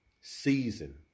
Season